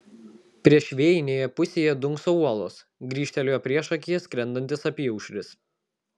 priešvėjinėje pusėje dunkso uolos grįžtelėjo priešakyje skrendantis apyaušris